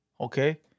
okay